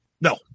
No